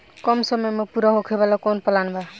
कम समय में पूरा होखे वाला कवन प्लान बा?